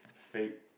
fake